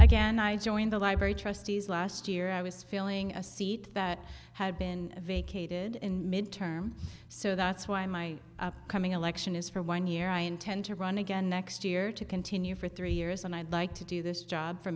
again i joined the library trustees last year i was feeling a seat that had been vacated in mid term so that's why my upcoming election is for one year i intend to run again next year to continue for three years and i'd like to do this job for